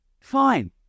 fine